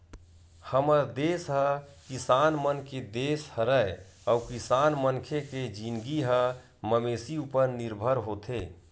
हमर देस ह किसान मन के देस हरय अउ किसान मनखे के जिनगी ह मवेशी उपर निरभर होथे